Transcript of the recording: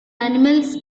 animals